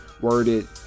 worded